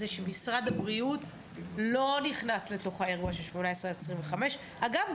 זה שמשרד הבריאות לא נכנס לתוך האירוע של 18 עד 25. אגב,